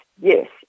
Yes